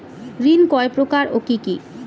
ঋণ কয় প্রকার ও কি কি?